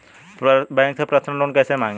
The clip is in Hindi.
बैंक से पर्सनल लोन कैसे मांगें?